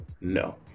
No